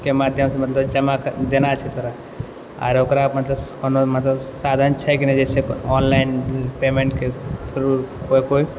के माध्यमसँ मतलब देना छै आओर ओकरा मतलब कोनो साधन छै कि नहि छै ऑनलाइन पेमेन्टके थ्रु होइ कोई